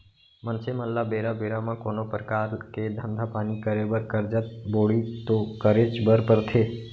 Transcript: मनसे मन ल बेरा बेरा म कोनो परकार के धंधा पानी करे बर करजा बोड़ी तो करेच बर परथे